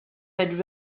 had